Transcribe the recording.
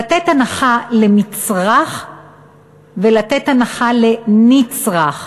לתת הנחה למצרך ולתת הנחה לנצרך.